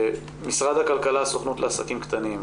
משרד הכלכלה, הסוכנות לעסקים קטנים.